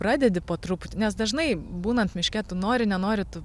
pradedi po truputį nes dažnai būnant miške tu nori nenori tu